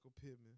Pittman